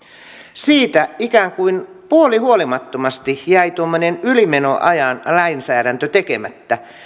siitä ikään kuin puolihuolimattomasti jäi tuommoinen ylimenoajan lainsäädäntö tekemättä